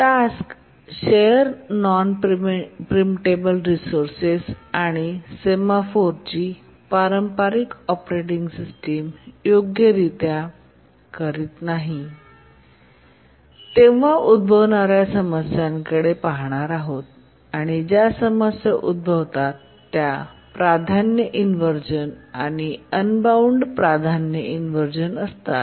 task share non preemptable resources आणि सेमफोरची पारंपारिक ऑपरेटिंग सिस्टम योग्यरित्या टास्क करत नाहीत तेव्हा उद्भवणार्या समस्यांकडे पहात आहोत आणि ज्या समस्या उद्भवतात त्या प्राधान्य इनव्हर्जन आणि अनबाउंड प्राधान्य इनव्हर्जन असतात